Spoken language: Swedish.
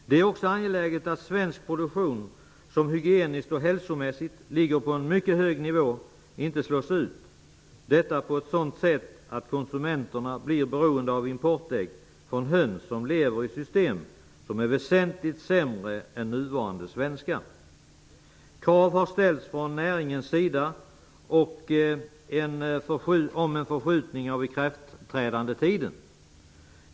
Det är också angeläget att svensk produktion -- som hygieniskt och hälsomässigt ligger på en mycket hög nivå -- inte slås ut på ett sådant sätt att konsumenterna blir beroende av importägg från höns som lever i system som är väsentligt sämre än de nuvarande svenska systemen. Det har ställts krav från näringens sida på en förskjutning av ikraftträdandet.